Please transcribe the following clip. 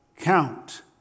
count